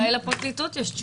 אולי לפרקליטות יש תשובה.